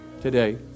today